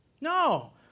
No